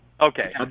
Okay